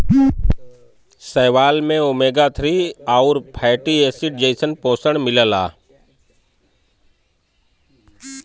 शैवाल में omega three आउर फैटी एसिड जइसन पोषण मिलला